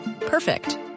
Perfect